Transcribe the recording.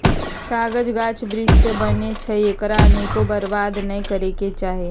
कागज गाछ वृक्ष से बनै छइ एकरा अनेरो बर्बाद नऽ करे के चाहि